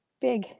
big